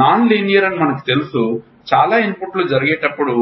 non linear మనకు తెలుసు చాలా ఇన్పుట్లు జరిగేటప్పుడు